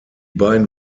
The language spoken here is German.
beiden